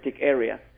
area